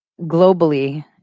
globally